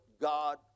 God